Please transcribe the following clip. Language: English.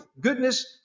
goodness